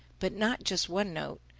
but not just one note.